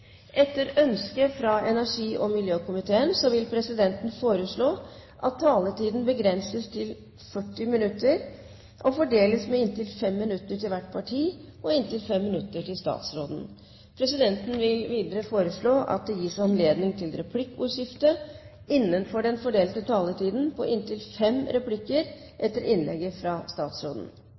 Etter ønske fra energi- og miljøkomiteen vil presidenten foreslå at taletiden begrenses til 40 minutter og fordeles med inntil 5 minutter til hvert parti og inntil 5 minutter til statsråden. Videre vil presidenten foreslå at det gis anledning til replikkordskifte innenfor den fordelte taletid på inntil fem replikker med svar etter innlegget fra statsråden.